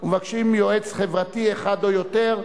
לא נתקבלה.